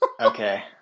Okay